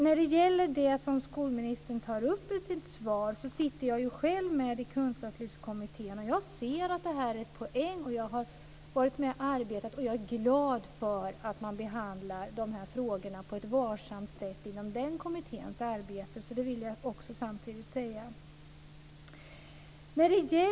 När det gäller det som skolministern tar upp i sitt svar vill jag säga att jag själv sitter med i kunskapslyftskommittén. Jag är glad för att dessa frågor behandlas på ett varsamt sätt i kommitténs arbete, vill jag samtidigt säga.